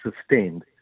sustained